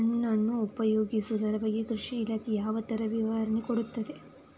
ಮಣ್ಣನ್ನು ಉಪಯೋಗಿಸುದರ ಬಗ್ಗೆ ಕೃಷಿ ಇಲಾಖೆ ಯಾವ ತರ ವಿವರಣೆ ಕೊಡುತ್ತದೆ?